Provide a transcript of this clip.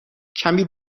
کمی